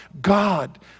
God